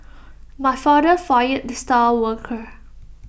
my father fired the star worker